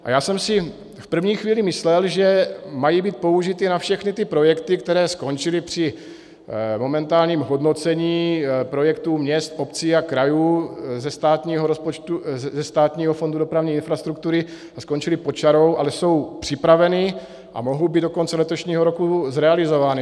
A já jsem si v první chvíli myslel, že mají být použity na všechny projekty, které skončily při momentálním hodnocení projektů měst, obcí a krajů, ze státního rozpočtu, ze Státního fondu dopravní infrastruktury a skončily pod čarou, ale jsou připraveny a mohou být do konce letošního roku zrealizovány.